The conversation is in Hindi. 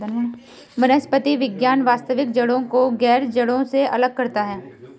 वनस्पति विज्ञान वास्तविक जड़ों को गैर जड़ों से अलग करता है